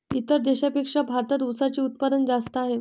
इतर देशांपेक्षा भारतात उसाचे उत्पादन जास्त आहे